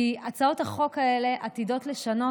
כי הצעות החוק האלה עתידות לשנות,